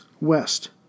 west